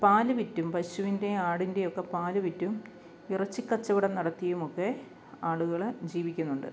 പാൽ വിറ്റും പശുവിൻ്റെ ആടിൻ്റെ ഒക്കെ പാൽ വിറ്റും ഇറച്ചി കച്ചവടം നടത്തിയുമൊക്കെ ആളുകൾ ജീവിക്കുന്നുണ്ട്